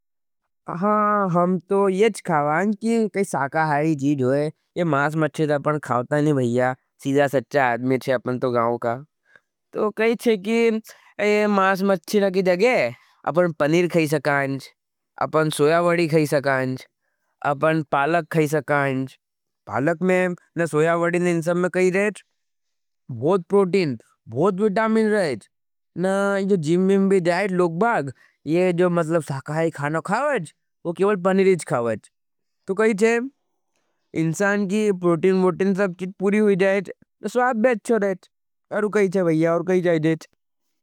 हाँ, हम तो येच खावाँ कि कई साकहारी चीज होए। ये मास मच्चित अपन खाओता नहीं भाईया सिजा सच्चा आदमेच हज। अपन तो गाओं का तो कही छे कि ये मास मच्चित की जगे अपन पनीर खाई सकाँज, अपन सोयावडी खाई सकाँज अपन पालक खाई सकाँज, पालक में नहीं, सोयावडी नहीं, इन सब में कही जाएच। बहुत प्रोटीन, बहुत विटामिन जाएच नहीं। जो जिम्मीं भी जाएच, लोगबाग, ये जो मतलब साकहारी खाना खावाँज वो केवल पनेलीज खावाँज। तो कही जाएच, इंसान की प्रोटीन, बोटिन सब की पूरी होई जाएच। स्वाप भी अच्छो जाएच, अरु कही जाएच हज भाईया, और कही जाएच जाएच।